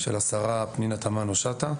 של השרה פנינה תמנו שטה.